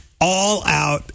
all-out